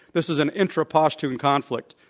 this is an intra-pashtun conflict.